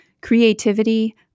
creativity